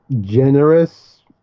generous